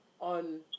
on